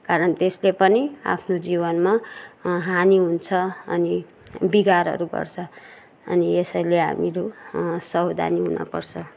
कारण त्यसले पनि आफ्नो जीवनमा हानी हुन्छ अनि बिगारहरू गर्छ अनि यसैले हामीहरू सवधानी हुनपर्छ